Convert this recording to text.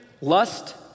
lust